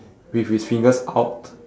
with his fingers out